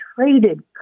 traded